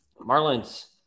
Marlins